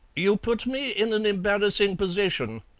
you put me in an embarrassing position,